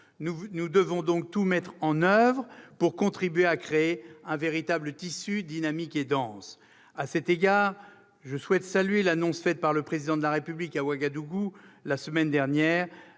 Nous devons donc tout mettre en oeuvre pour contribuer à créer un tissu véritablement dynamique et dense. À cet égard, je souhaite saluer l'annonce faite par le Président de la République à Ouagadougou la semaine dernière